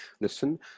listen